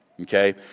Okay